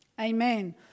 Amen